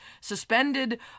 suspended